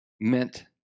meant